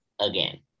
again